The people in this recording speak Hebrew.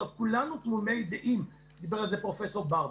כולנו תמימי דעים דיבר על זה פרופ' ברבש,